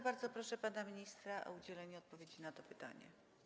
Bardzo proszę pana ministra o udzielenie odpowiedzi na to pytanie.